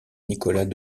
nicolas